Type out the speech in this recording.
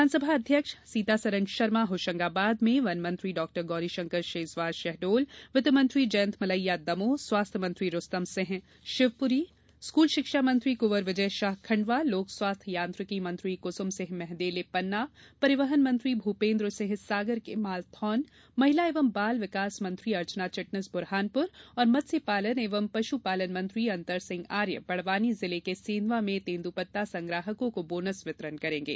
विधानसभा अध्यक्ष सीतासरन शर्मा होशंगावाद वन मंत्री डह गौरीशंकर शेजवार शहडोल में वित्त मंत्री जयंत मलैया दमोह स्वास्थ्य मंत्री रुस्तम सिंह शिवपुरी स्कूल शिक्षा मंत्री कुँवर विजय शाह खण्डवा लोक स्वास्थ्य यांत्रिकी मंत्री कूसुम सिंह महदेले पन्ना परिवहन मंत्री भ्रपेन्द्र सिंह सागर के मालथौन महिला एवं बाल विकास मंत्री अर्चना चिटनिस बुरहानपुर और मत्स्य पालन एवं पशु पालन मंत्री अंतर सिंह आर्य बड़वानी जिले के सेंधवा में तेन्दूपत्ता संग्राहकों को बोनस वितरण करेंगे